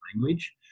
language